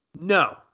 No